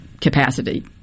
capacity